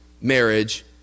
marriage